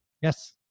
yes